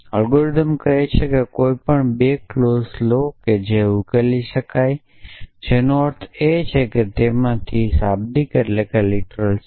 algorithm કહે છે કે કોઈપણ 2 ક્લોઝ લો જે ઉકેલી શકાય છે જેનો અર્થ એ કે તેમાંથી શાબ્દિક છે